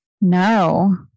No